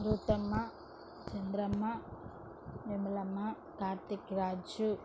Ruthamma Chandramma Vimalamma Karthik Raju